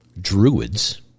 Druids